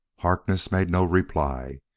harkness made no reply.